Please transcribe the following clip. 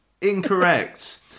incorrect